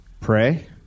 Pray